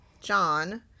John